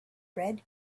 red